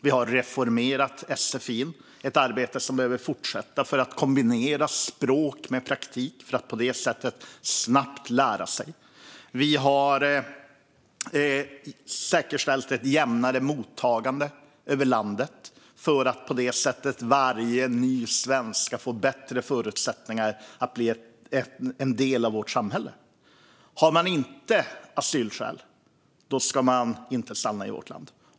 Vi har reformerat sfi, ett arbete som behöver fortsätta för att kombinera språk med praktik för att på det sättet snabba på lärandet. Vi har säkerställt ett jämnare mottagande över landet för att varje ny svensk ska få bättre förutsättningar att bli en del av vårt samhälle. Har man inte asylskäl ska man inte stanna i vårt land.